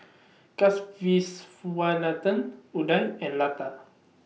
Kasiviswanathan Udai and Lata